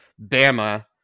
Bama